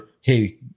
hey